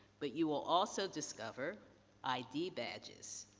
but, you will also discover id badges,